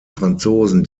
franzosen